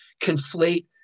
conflate